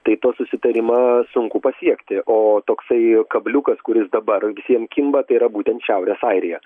tai to susitarimą sunku pasiekti o toksai kabliukas kuris dabar visiem kimba tai yra būtent šiaurės airija